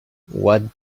what